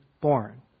born